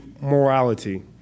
morality